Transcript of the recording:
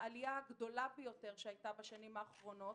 העלייה הגדולה ביותר שהייתה בשנים האחרונות,